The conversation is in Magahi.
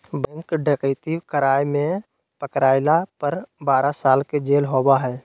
बैंक डकैती कराय में पकरायला पर बारह साल के जेल होबा हइ